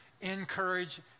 encourage